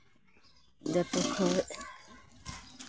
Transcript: ᱡᱟᱛᱮ ᱠᱚᱨᱮᱫ